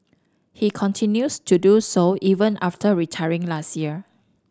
he continues to do so even after retiring last year